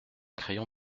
crayon